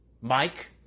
Mike